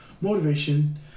motivation